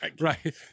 Right